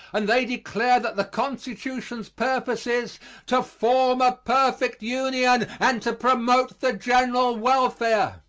and they declare that the constitution's purpose is to form a perfect union and to promote the general welfare.